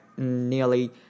nearly